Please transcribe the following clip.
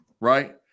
right